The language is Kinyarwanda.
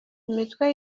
imitwe